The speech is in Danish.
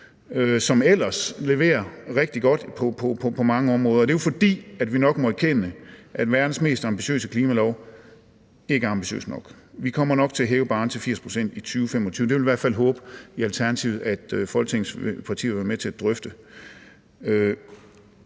som ellers leverer rigtig godt på mange områder. Og det er jo, fordi vi nok må erkende, af verdens mest ambitiøse klimalov ikke er ambitiøs nok. Vi kommer nok til at hæve barren til 80 pct. i 2025; det vil vi i Alternativet i hvert fald håbe at Folketingets partier vil være med til at drøfte.